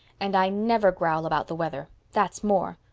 and i never growl about the weather. that's more.